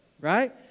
right